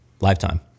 Lifetime